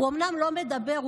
הוא אומנם לא מדבר,